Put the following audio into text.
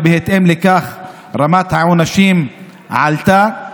ובהתאם לכך רמת העונשים עלתה,